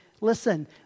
listen